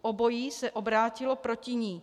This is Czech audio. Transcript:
Obojí se obrátilo proti ní.